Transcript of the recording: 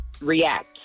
React